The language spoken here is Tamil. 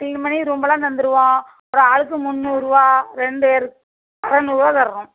க்ளீன் பண்ணி ரூம்மெல்லாம் தந்துடுவோம் ஒரு ஆளுக்கு முந்நூறுபா ரெண்டு பேருக்கு அறுநூறுவா தரணும்